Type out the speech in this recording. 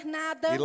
nada